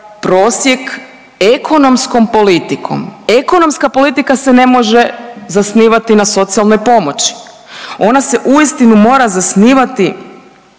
prosjek ekonomskom politikom. Ekonomska politika se ne može zasnivati na socijalnoj pomoći. Ona se uistinu mora zasnivati